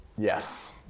Yes